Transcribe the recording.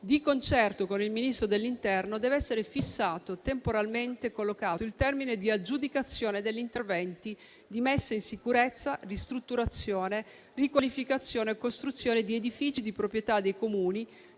di concerto con il Ministro dell'interno, dev'essere fissato e temporalmente collocato il termine di aggiudicazione degli interventi di messa in sicurezza, ristrutturazione, riqualificazione e costruzione di edifici di proprietà dei Comuni